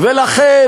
ולכן,